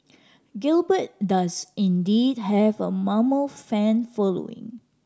gilbert does indeed have a mammoth fan following